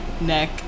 neck